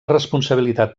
responsabilitat